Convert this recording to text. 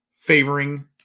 favoring